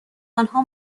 آنها